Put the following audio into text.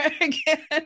again